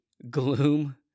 gloom